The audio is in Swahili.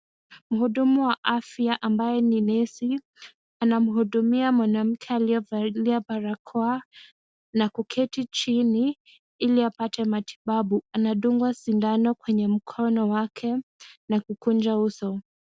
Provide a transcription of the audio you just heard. Muhudumu wa afya ambaye ni nesi anamhudumia mwanamke aliyevalia barakoa na kuketi chini ili apate matibabu. Anadungwa sindano kwenye mkono wake na kukunja uso.